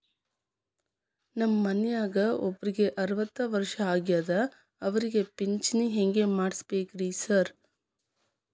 ನಮ್ ಮನ್ಯಾಗ ಒಬ್ರಿಗೆ ಅರವತ್ತ ವರ್ಷ ಆಗ್ಯಾದ ಅವ್ರಿಗೆ ಪಿಂಚಿಣಿ ಹೆಂಗ್ ಮಾಡ್ಸಬೇಕ್ರಿ ಸಾರ್?